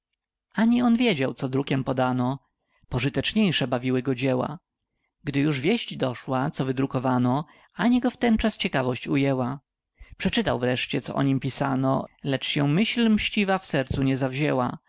ani on wiedział co drukiem podano pożyteczniejsze bawiły go dzieła gdy już wieść doszła co wydrukowano ani go wtenczas ciekawość ujęła przeczytał wreszcie co o nim pisano lecz się myśl mściwa w sercu nie zawzięła